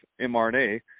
mRNA